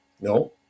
No